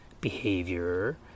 behavior